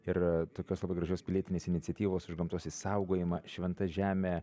ir tokios gražios pilietinės iniciatyvos už gamtos išsaugojimą šventa žemė